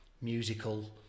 musical